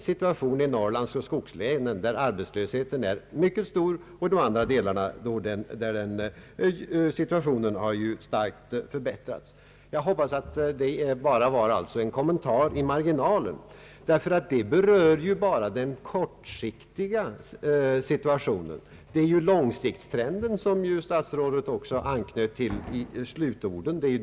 Situationen är ju den att arbetslösheten är mycket stor i skogslänen, medan den starkt har förbättrats på andra håll. Jag hoppas därför att det bara var en kommentar i marginalen. Den berör nämligen bara förhållandena på kort sikt, och det allvarliga är långsiktstrenden, som statsrådet anknöt till.